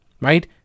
right